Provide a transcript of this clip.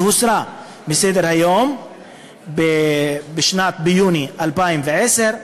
היא הוסרה מסדר-היום ביוני 2010,